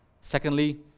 Secondly